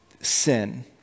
sin